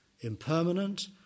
impermanent